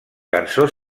cançó